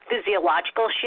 physiological